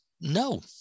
No